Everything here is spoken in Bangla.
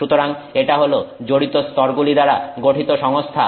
সুতরাং এটা হল জড়িত স্তরগুলি দ্বারা গঠিত সংস্থা